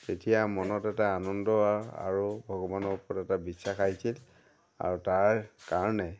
তেতিয়া মনত এটা আনন্দ আৰু ভগৱানৰ ওপৰত এটা বিশ্বাস আহিছিল আৰু তাৰ কাৰণে